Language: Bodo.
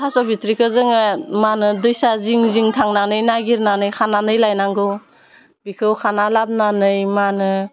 थास' बिथ्रिखौ जोङो मा होनो दैसा जिं जिं थांनानै नायगिरनानै खानानै लायनांगौ बिखौ खाना लाबोनानै मा होनो